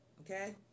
Okay